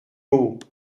haut